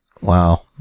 Wow